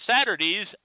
Saturdays